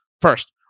First